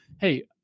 Hey